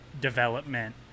development